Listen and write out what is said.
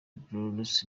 brooks